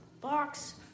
Box